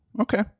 okay